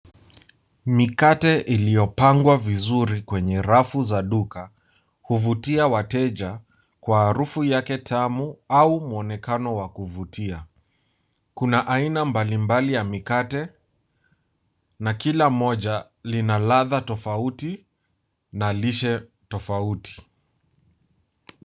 Mikate iliyopangwa vizuri kwenye rafu za duka, huvutia wateja kwa harufu yake tamu au mwonekano wa kuvutia. Kuna aina mbalimbali ya mikate, na kila moja lina ladha tofauti, na lishe tofauti.